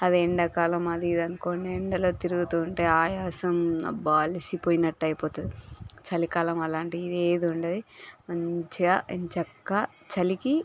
అది ఎండాకాలం అది ఇది అనుకోండి ఎండలో తిరుగుతు ఉంటే ఆయాసం అబ్బా అలిసిపోయినట్టు అయిపోతుంది చలికాలం అలాంటిది ఏది ఉండదు మంచిగా ఎంచక్కా చలికి